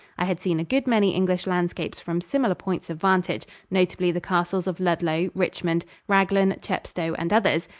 i had seen a good many english landscapes from similar points of vantage, notably the castles of ludlow, richmond, raglan, chepstow and others,